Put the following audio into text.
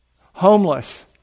homeless